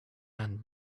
and